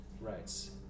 rights